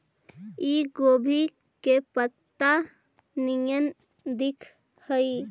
इ गोभी के पतत्ता निअन दिखऽ हइ